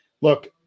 Look